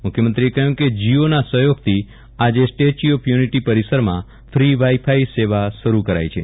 મુખ્યમંત્રીએ કહ્યું કે જીઓના સહયોગથી આજે સ્ટેચ્યુ ઓફ યુનિટી પરિસરમાં ફ્રી વાઇ ફાઈ સેવા શરૂ કરાઈ છે